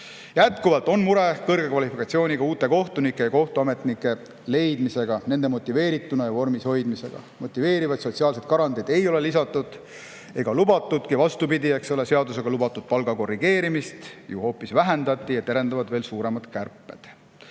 Jätkuvalt on mure kõrge kvalifikatsiooniga uute kohtunike ja kohtuametnike leidmisega, nende motiveerituna ja vormis hoidmisega. Motiveerivaid sotsiaalsed garantiisid ei ole lisatud ega lubatudki. Vastupidi, seadusega lubatud palga korrigeerimist ju hoopis vähendati ja terendavad veel suuremad kärped.